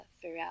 throughout